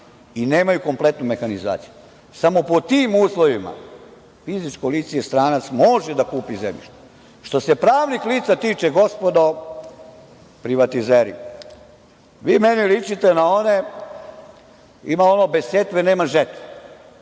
i nemaju kompletnu mehanizaciju. Samo pod tim uslovima fizičko lice i stranac može da kupi zemljište. Što se pravnih lica tiče, gospodo privatizeri, vi meni ličite na one, ima ono – bez setve nema žetve,